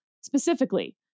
Specifically